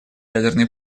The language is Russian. ядерной